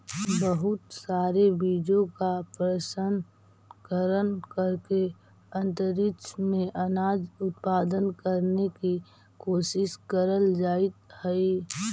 बहुत सारे बीजों का प्रशन करण करके अंतरिक्ष में अनाज उत्पादन करने की कोशिश करल जाइत हई